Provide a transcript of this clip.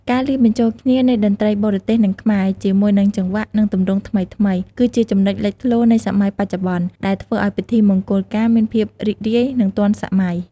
ការលាយបញ្ចូលគ្នានៃតន្ត្រីបរទេស និងខ្មែរ ជាមួយនឹងចង្វាក់ និងទម្រង់ថ្មីៗ គឺជាចំណុចលេចធ្លោនៃសម័យបច្ចុប្បន្ន ដែលធ្វើឲ្យពិធីមង្គលការមានភាពរីករាយ និងទាន់សម័យ។